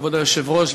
כבוד היושב-ראש,